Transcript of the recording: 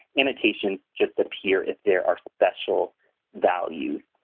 annotations just appear if there are special values.